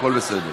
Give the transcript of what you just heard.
הכול בסדר.